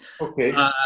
Okay